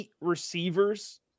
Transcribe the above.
receivers